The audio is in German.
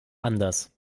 anders